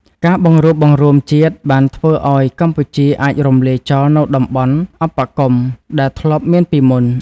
ការបង្រួបបង្រួមជាតិបានធ្វើឱ្យកម្ពុជាអាចរំលាយចោលនូវតំបន់អបគមន៍ដែលធ្លាប់មានពីមុន។